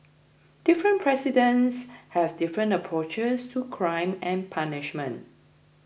different presidents have different approaches to crime and punishment